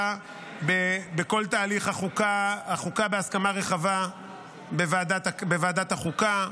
בכל תהליך החוקה בהסכמה רחבה בוועדת החוקה,